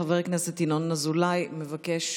חבר הכנסת ינון אזולאי מבקש,